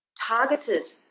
targeted